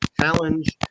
challenge